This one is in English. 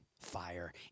fire